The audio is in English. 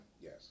yes